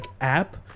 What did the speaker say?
app